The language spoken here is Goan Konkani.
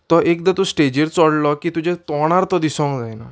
तो एकदां तूं स्टेजीर चोडलो की तुजे तोणार तो दिसोंक जायना